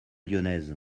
lyonnaise